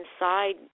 inside